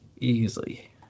Easily